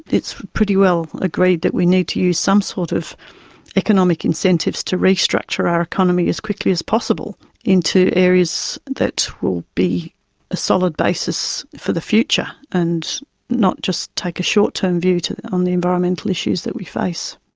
it's pretty well agreed that we need to use some sort of economic incentives to restructure our economy as quickly as possible into areas that will be a solid basis for the future and not just take a short term view on the environmental issues that we face.